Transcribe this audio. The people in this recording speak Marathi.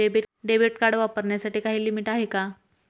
डेबिट कार्ड वापरण्यासाठी काही लिमिट आहे का?